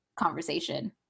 conversation